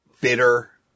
bitter